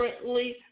currently